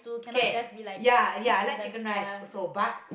okay ya ya I like chicken rice also but